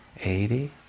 eighty